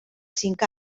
cinc